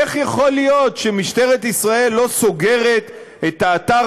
איך יכול להיות שמשטרת ישראל לא סוגרת את האתר